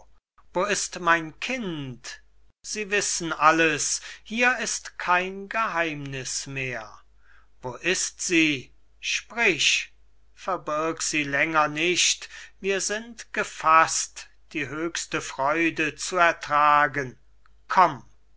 wo ist mein kind sie wissen alles hier ist kein geheimniß mehr wo ist sie sprich verbirg sie länger nicht wir sind gefaßt die höchste freude zu ertragen komm